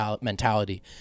mentality